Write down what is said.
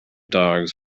dogs